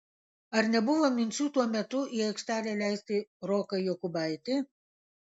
ar nebuvo minčių tuo metu į aikštelę leisti roką jokubaitį